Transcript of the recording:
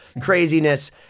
craziness